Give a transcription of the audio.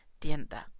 tienda